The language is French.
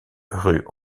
rue